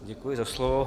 Děkuji za slovo.